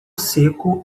seco